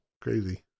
crazy